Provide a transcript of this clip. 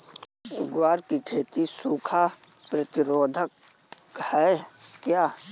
ग्वार की खेती सूखा प्रतीरोधक है क्या?